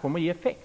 kommer att ge effekt.